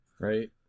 Right